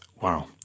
wow